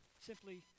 simply